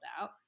out